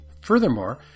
Furthermore